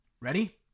Ready